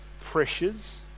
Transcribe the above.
pressures